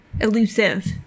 Elusive